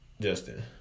Justin